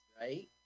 right